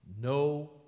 No